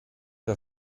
der